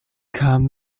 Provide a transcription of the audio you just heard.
kam